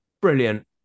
Brilliant